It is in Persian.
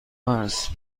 است